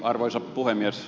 arvoisa puhemies